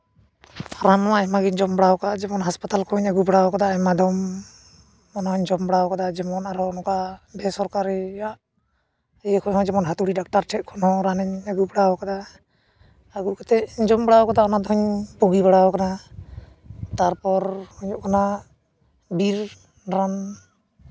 ᱨᱟᱱ ᱢᱟ ᱟᱭᱢᱟ ᱜᱤᱧ ᱡᱚᱢ ᱵᱟᱲᱟ ᱠᱟᱜ ᱡᱮᱢᱚᱱ ᱦᱟᱥᱯᱟᱛᱟᱞ ᱠᱷᱚᱱᱮᱧ ᱟᱹᱜᱩ ᱵᱟᱲᱟᱣ ᱠᱟᱫᱟ ᱟᱭᱢᱟ ᱫᱚᱢ ᱚᱱᱟᱧ ᱡᱚᱢ ᱵᱟᱲᱟ ᱠᱟᱫᱟ ᱡᱮᱢᱚᱱ ᱟᱨᱚ ᱱᱚᱝᱠᱟ ᱵᱮᱥᱚᱨᱠᱟᱨᱤᱭᱟᱜ ᱤᱭᱟᱹ ᱠᱷᱚᱡ ᱦᱚᱸ ᱡᱮᱢᱚᱱ ᱦᱟᱹᱛᱩᱲᱤ ᱰᱟᱠᱛᱟᱨ ᱴᱷᱮᱡ ᱠᱷᱚᱱ ᱦᱚᱸ ᱨᱟᱱᱤᱧ ᱟᱹᱜᱩ ᱵᱟᱲᱟᱣ ᱠᱟᱫᱟ ᱟᱹᱜᱩ ᱠᱟᱛᱮᱫ ᱡᱚᱢ ᱵᱟᱲᱟ ᱠᱟᱫᱟ ᱚᱱᱟᱫᱩᱧ ᱵᱩᱜᱤ ᱵᱟᱲᱟᱣ ᱠᱟᱱᱟ ᱛᱟᱨᱯᱚᱨ ᱦᱩᱭᱩᱜ ᱠᱟᱱᱟ ᱵᱤᱨ ᱨᱟᱱ